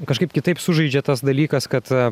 kažkaip kitaip sužaidžia tas dalykas kad